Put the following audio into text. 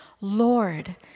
Lord